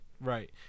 Right